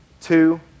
two